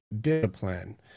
discipline